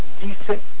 decent